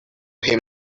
him